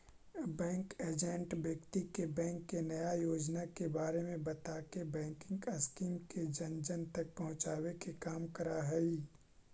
bank agent व्यक्ति के bank के नया योजना के बारे में बताके बैंकिंग स्कीम के जन जन तक पहुंचावे के काम करऽ हइ